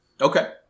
Okay